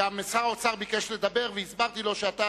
גם שר האוצר ביקש לדבר והסברתי לו שאתה